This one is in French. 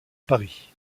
paris